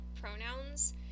pronouns